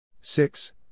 six